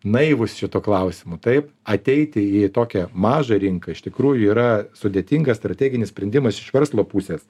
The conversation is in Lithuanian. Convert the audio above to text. naivūs šituo klausimo taip ateiti į tokią mažą rinką iš tikrųjų yra sudėtingas strateginis sprendimas iš verslo pusės